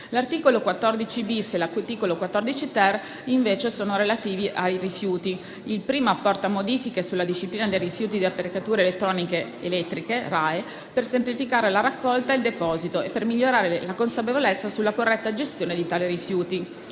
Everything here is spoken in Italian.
articoli 14-*bis* e 14-*ter* sono relativi ai rifiuti. Il primo apporta modifiche alla disciplina dei rifiuti di apparecchiature elettroniche ed elettriche (RAEE) per semplificare la raccolta e il deposito e migliorare la consapevolezza sulla corretta gestione di tali rifiuti.